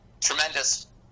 tremendous